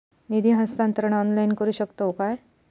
निधी हस्तांतरण ऑनलाइन करू शकतव काय?